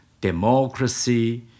democracy